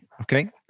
okay